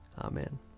Amen